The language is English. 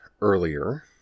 earlier